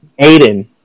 Aiden